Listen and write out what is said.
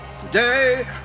Today